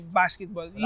basketball